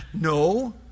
no